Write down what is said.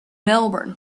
melbourne